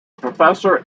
professor